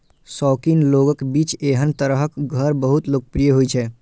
शौकीन लोगक बीच एहन तरहक घर बहुत लोकप्रिय होइ छै